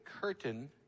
curtain